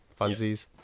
funsies